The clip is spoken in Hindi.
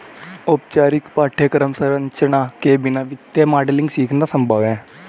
औपचारिक पाठ्यक्रम संरचना के बिना वित्तीय मॉडलिंग सीखना संभव हैं